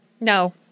No